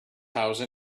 house